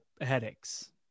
headaches